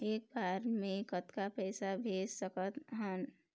एक बार मे कतक पैसा भेज सकत हन?